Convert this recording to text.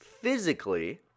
physically